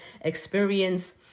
experience